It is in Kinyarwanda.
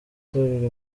itorero